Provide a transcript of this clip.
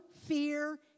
fear